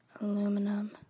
Aluminum